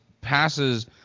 passes